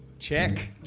check